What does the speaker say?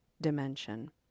dimension